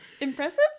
impressive